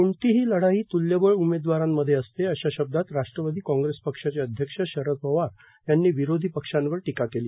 कोणतीही लढाई तुल्यबळ उमेदवारांमध्ये असते अशा शब्दात राष्ट्रवादी कॉग्रेस पक्षाचे अध्यक्ष शरद पवार यांनी विरोधी पक्षांवर टीका केली